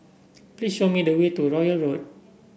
please show me the way to Royal Road